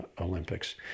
olympics